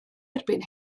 erbyn